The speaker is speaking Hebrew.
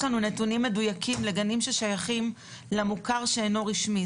יש לנו נתונים מדויקים לגנים ששייכים למוכר שאינו רשמי.